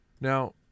Now